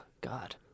God